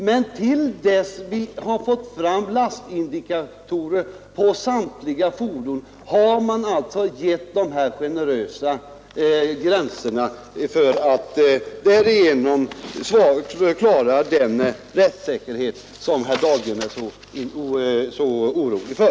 Men till dess att vi får lastindikatorer på samtliga fordon har det satts denna generösa gräns för att därigenom trygga den rättssäkerhet som herr Dahlgren är så orolig för.